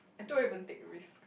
I don't even take risk